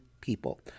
people